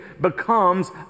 becomes